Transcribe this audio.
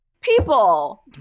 People